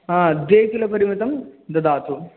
द्विकिलोपरिमितं ददातु